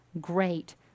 great